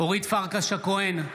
אורית פרקש הכהן,